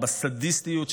בסדיסטיות שלהם,